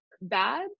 bad